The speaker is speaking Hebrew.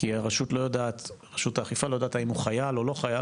כי רשות האכיפה לא יודעת האם הוא חייל או לא חייל,